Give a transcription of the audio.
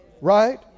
Right